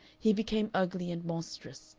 he became ugly and monstrous,